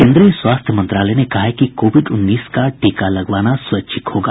केन्द्रीय स्वास्थ मंत्रालय ने कहा है कि कोविड उन्नीस का टीका लगवाना स्वैच्छिक होगा